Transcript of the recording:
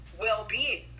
well-being